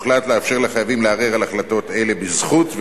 הוחלט לאפשר לחייבים לערער על החלטות אלה בזכות,